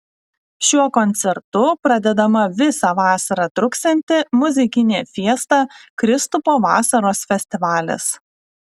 šiuo koncertu pradedama visą vasarą truksianti muzikinė fiesta kristupo vasaros festivalis